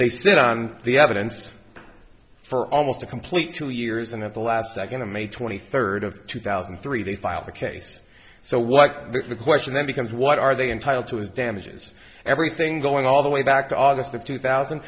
they sit on the evidence for almost a complete two years and at the last second of may twenty third of two thousand and three they file the case so what the question then becomes what are they entitled to as damages everything going all the way back to august of two thousand